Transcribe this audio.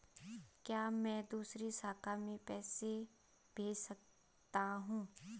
क्या मैं दूसरी शाखा में पैसे भेज सकता हूँ?